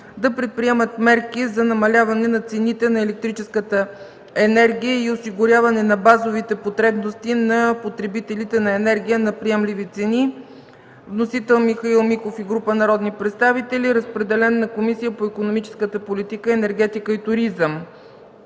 да предприемат мерки за намаляване на цените на електрическата енергия и осигуряване на базовите потребности на потребителите на енергия на приемливи цени. Вносител – Михаил Миков и група народни представители. Разпределен е на Комисията по икономическа политика, енергетика и туризъм.